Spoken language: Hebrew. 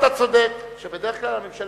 אתה צודק שבדרך כלל הממשלה,